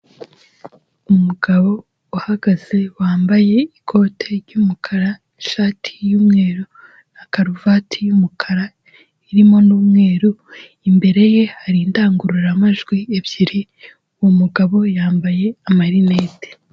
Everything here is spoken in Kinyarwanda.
Umugabo uhagaze wambaye ikote ry'umukara n'ishati y'umweru na karuvati y'umukara irimo n'umweru, imbere ye hari indangururamajwi ebyiri, uwo mugabo yambaye amarinete.